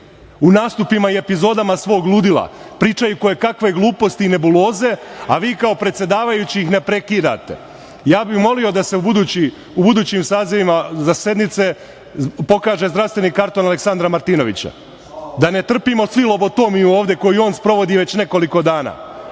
u nastupima i epizodama svog ludila, pričaju kojekakve gluposti i nebuloze, a vi kao predsedavajući ih ne prekidate. Ja bi molio da se u budućim sazivima za sednice pokaže zdravstveni karton Aleksandra Martinovića, da ne trpimo svi lobotomiju ovde koju on sprovodi već nekoliko dana,